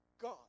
God